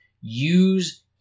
use